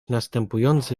następujący